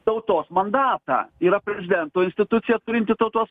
tautos mandatą yra prezidento institucija turinti tautos